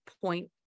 point